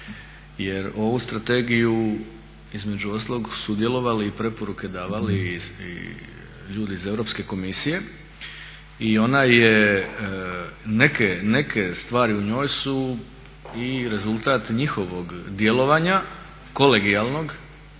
jer ovu strategiju između ostalog sudjelovali i preporuke davali i ljudi iz Europske komisije. I ona je, neke stvari u njoj su i rezultat njihovog djelovanja kolegijalnog